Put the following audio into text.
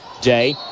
Day